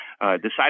decided